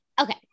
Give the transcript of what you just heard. Okay